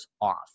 off